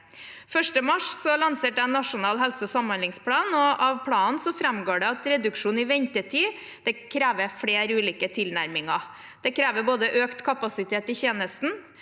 1. mars lanserte jeg Nasjonal helse- og samhandlingsplan. Av planen framgår det at reduksjon i ventetid krever flere ulike tilnærminger. Det krever både økt kapasitet i tjenesten,